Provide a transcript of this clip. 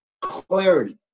clarity